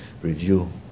review